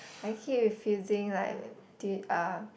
I keep refusing like did~ uh